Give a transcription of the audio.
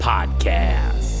Podcast